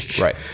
right